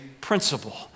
principle